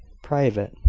private.